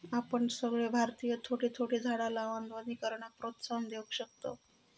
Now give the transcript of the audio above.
आपण सगळे भारतीय थोडी थोडी झाडा लावान वनीकरणाक प्रोत्साहन देव शकतव